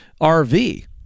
RV